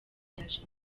jenoside